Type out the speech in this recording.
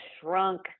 shrunk